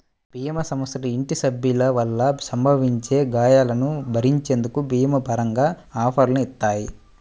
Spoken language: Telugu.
భీమా సంస్థలు ఇంటి సభ్యుల వల్ల సంభవించే గాయాలను భరించేందుకు భీమా పరంగా ఆఫర్లని ఇత్తాయి